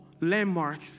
landmarks